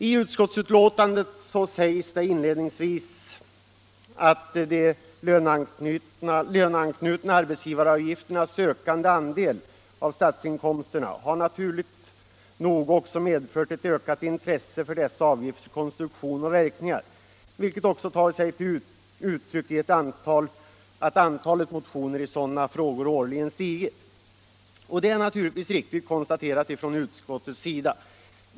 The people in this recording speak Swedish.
I utskottsbetänkandet sägs det inledningsvis: ”De löneanknutna arbetsgivaravgifternas ökande andel av statsinkomsterna har naturligt nog också medfört ett ökat intresse för dessa avgifters konstruktion och verkningar, vilket också tagit sig uttryck i att antalet motioner i sådana frågor årligen stigit.” Detta är naturligtvis riktigt konstaterat av utskottet.